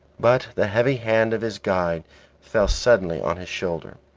but the heavy hand of his guide fell suddenly on his shoulder.